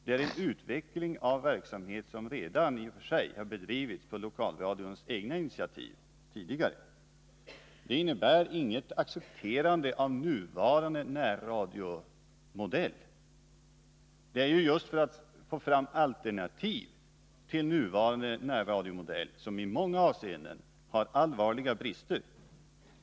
Det är alltså fråga om att utveckla en verksamhet som i och för sig redan har bedrivits på lokalradions eget initiativ. Det innebär inte något accepterande av nuvarande närradiomodell. Det är just för att få fram bättre alternativ till den modellen som denna försöksverksamhet skall komma till stånd. Nuvarande närradiomodell har nämligen i många avseenden allvarliga brister.